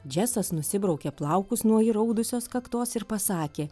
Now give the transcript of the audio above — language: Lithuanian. džesas nusibraukė plaukus nuo įraudusios kaktos ir pasakė